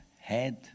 Head